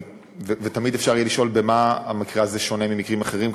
ותמיד אפשר יהיה לשאול במה המקרה הזה שונה ממקרים אחרים,